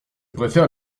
préfère